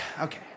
Okay